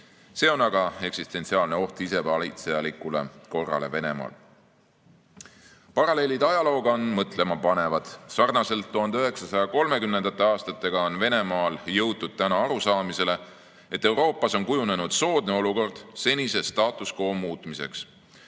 See on aga eksistentsiaalne oht isevalitsejalikule korrale Venemaal. Paralleelid ajalooga on mõtlemapanevad. Sarnaselt 1930. aastatega on Venemaal jõutud täna arusaamisele, et Euroopas on kujunenud soodne olukord senisestatus quomuutmiseks.